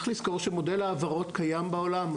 צריך לזכור שמודל ההעברות קיים בעולם.